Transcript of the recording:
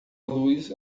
luz